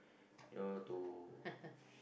you know to